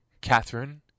Catherine